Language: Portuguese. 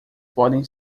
pode